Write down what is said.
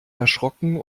erschrocken